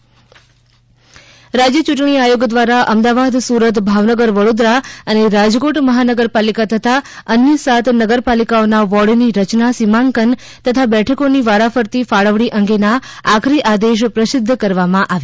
બેઠક સીમાંકન રાજ્ય ચૂંટણી આયોગ દ્વારા અમદાવાદ સુરત ભાવનગર વડોદરા અને રાજકોટ મહાનગરપાલિકા તથા અન્ય સાત નગરપાલિકાઓના વોર્ડની રચના સીમાંકન તથા બેઠકોની વારાફરતી ફાળવણી અંગેના આખરી આદેશ પ્રસિધ્ધ કરવામાં આવ્યા છે